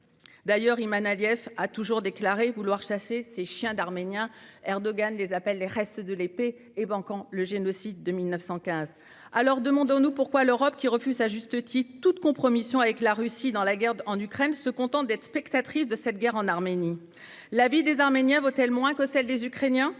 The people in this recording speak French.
de 2020. Ilham Aliyev a toujours déclaré vouloir chasser « ces chiens d'Arméniens », qu'Erdogan appelle quant à lui « les restes de l'épée », par allusion au génocide de 1915. Alors, demandons-nous pourquoi l'Europe, qui refuse à juste titre toute compromission avec la Russie dans la guerre en Ukraine, se contente d'être spectatrice de la guerre en Arménie. La vie des Arméniens vaut-elle moins que celle des Ukrainiens ?